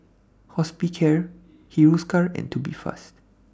Hospicare Hiruscar and Tubifast